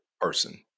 person